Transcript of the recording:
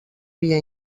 via